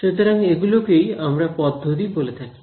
সুতরাং এগুলোকেই আমরা পদ্ধতি বলে থাকি